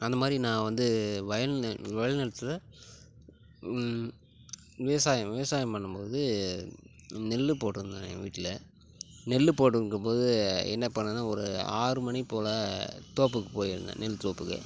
அந்தமாதிரி நான் வந்து வயல்நி வயல்நிலத்தில் விவசாயம் விவசாயம் பண்ணும்போது நெல் போட்டுருந்தாங்க எங்கள் வீட்டில நெல் போட்டுருக்கும்போது என்ன பண்ணன்னா ஒரு ஆறுமணி போல் தோப்புக்கு போயிருந்தேன் நெல் தோப்புக்கு